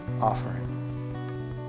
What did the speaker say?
offering